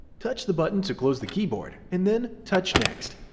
touch the button to close the keyboard, and then touch next.